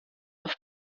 auf